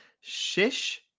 Shish